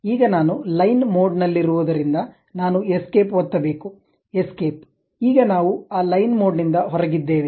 ಈಗ ನಾನು line mode ನಲ್ಲಿರುವುದರಿಂದ ನಾನು ಎಸ್ಕೇಪ್ ಒತ್ತಬೇಕು ಎಸ್ಕೇಪ್ ಈಗ ನಾವು ಆ ಲೈನ್ ಮೋಡ್ ನಿಂದ ಹೊರಗಿದ್ದೇವೆ